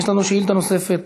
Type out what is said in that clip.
יש לנו שאילתה נוספת,